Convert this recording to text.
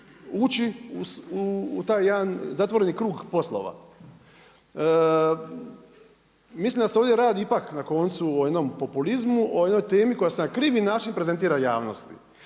ući u taj jedan zatvoreni krug poslova. Mislim da se ovdje radi ipak na koncu o jednom populizmu, o jednoj temi koja se na krivi način prezentira javnosti.